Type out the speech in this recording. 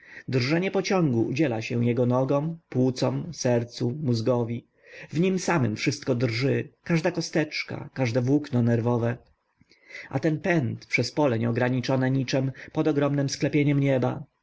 drżenie pociągu udziela się jego nogom płucom sercu mózgowi w nim samym wszystko drży każda kosteczka każde włókno nerwowe a ten pęd przez pole nieograniczone niczem pod ogromnem sklepieniem nieba i